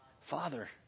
Father